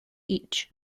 each